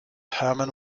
herman